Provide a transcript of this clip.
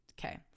Okay